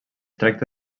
tracta